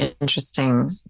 interesting